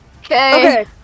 Okay